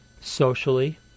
socially